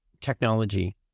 technology